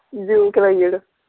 जी कराई ओड़ो